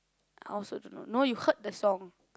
I also dunno no you heard the song